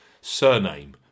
Surname